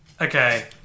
okay